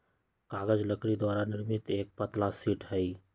कागज लकड़ी द्वारा निर्मित एक पतला शीट हई